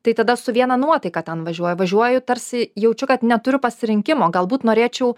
tai tada su viena nuotaika ten važiuoju važiuoju tarsi jaučiu kad neturiu pasirinkimo galbūt norėčiau